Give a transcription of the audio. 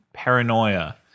Paranoia